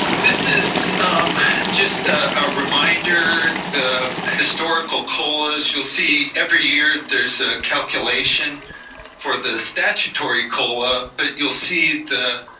this is just ah a reminder, the historical colas. you'll see every year, there's a calculation for the statutory cola. but you'll see the